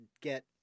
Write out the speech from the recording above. get